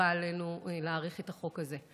שחובה עלינו להאריך את החוק הזה.